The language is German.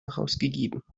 herausgegeben